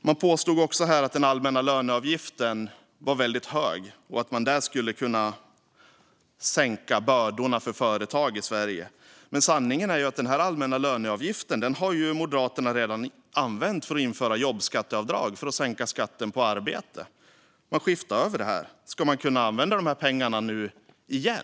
Det påstods även att den allmänna löneavgiften är väldigt hög och att man där skulle kunna sänka bördorna för företag i Sverige. Man sanningen är ju att Moderaterna redan har använt den allmänna löneavgiften för att införa jobbskatteavdrag och sänka skatten på arbete. Man skiftade över det här. Ska man kunna använda de här pengarna nu igen?